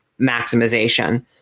maximization